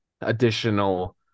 additional